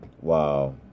Wow